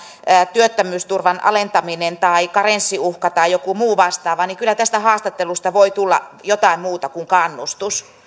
työttömyysturvan alentaminen tai karenssiuhka tai joku muu vastaava niin kyllä tästä haastattelusta voi tulla jotain muuta kuin kannustus